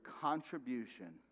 contribution